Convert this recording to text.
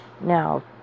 Now